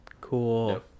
Cool